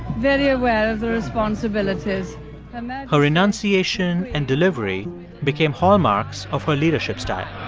very aware of the responsibilities her enunciation and delivery became hallmarks of her leadership style